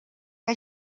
que